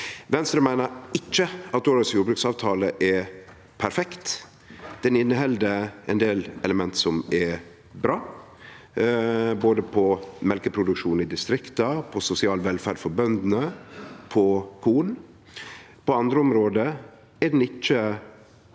Venstre meiner ikkje at årets jordbruksavtale er perfekt. Han inneheld ein del element som er bra, både på mjølkeproduksjonen i distrikta, på sosial velferd for bøndene og på korn. På andre område er han ikkje